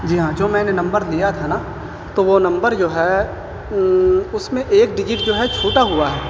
جی ہاں جو میں نے نمبر دیا تھا نا تو وہ نمبر جو ہے اس میں ایک ڈیجٹ جو ہے چھوٹا ہوا ہے